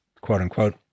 quote-unquote